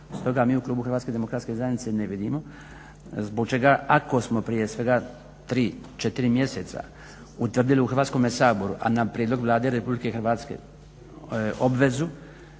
Stoga mi u Klubu Hrvatske Demokratske Zajednice ne vidimo zbog čega ako smo prije svega tri, četiri mjeseca utvrdili u Hrvatskome saboru a na prijedlog Vlade Republike Hrvatske obvezu